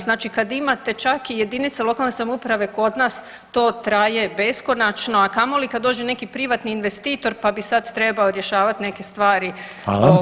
Znači kad imate čak i jedinice lokalne samouprave kod nas to traje beskonačno, a kamoli kad dođe neki privatni investitor pa bi sad trebao rješavati neke stvari, ovaj.